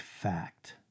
fact